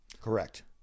Correct